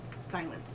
Silence